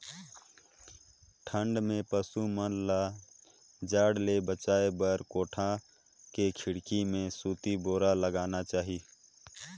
ठंडा में पसु मन ल जाड़ ले बचाये बर कोठा के खिड़की में सूती बोरा लगाना चाही